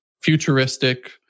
futuristic